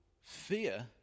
fear